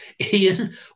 Ian